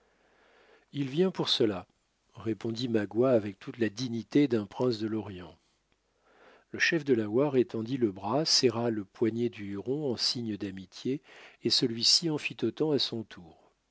il vient pour cela répondit magua avec toute la dignité d'un prince de l'orient le chef delaware étendit le bras serra le poignet du huron en signe d'amitié et celui-ci en fit autant à son tour